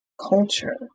culture